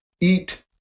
eat